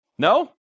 No